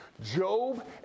Job